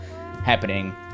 happening